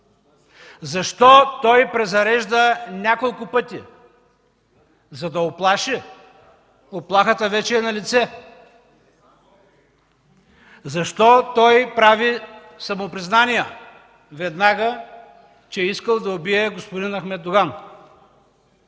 Защо той презарежда няколко пъти? За да уплаши? Уплахата вече е налице. Защо той веднага прави самопризнания, че е искал да убие господин Ахмед Доган?